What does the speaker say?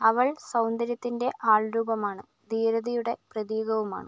അവൾ സൗന്ദര്യത്തിൻ്റെ ആൾ രൂപമാണ് ധീരതയുടെ പ്രതീകവുമാണ്